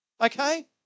Okay